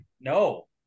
No